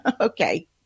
Okay